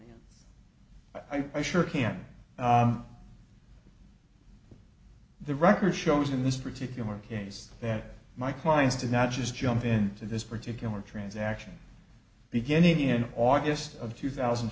reason i sure can the record shows in this particular case that my clients did not just jump into this particular transaction beginning in august of two thousand and